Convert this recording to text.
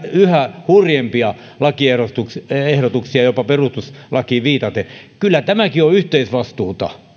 yhä hurjempia lakiehdotuksia lakiehdotuksia jopa perustuslakiin viitaten kyllä tämäkin on yhteisvastuuta